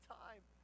time